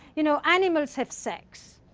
you know, animals have sex.